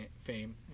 fame